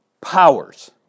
powers